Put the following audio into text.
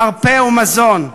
מרפא ומזון.